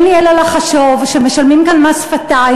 אין לי אלא לחשוב שמשלמים כאן מס שפתיים